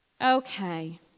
Okay